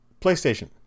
PlayStation